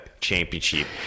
championship